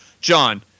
John